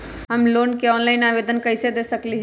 हम लोन के ऑनलाइन आवेदन कईसे दे सकलई ह?